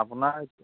আপোনাৰ